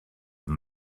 than